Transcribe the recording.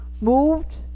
moved